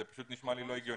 זה פשוט נשמע לי לא הגיוני.